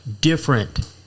Different